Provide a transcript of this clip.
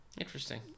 Interesting